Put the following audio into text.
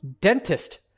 dentist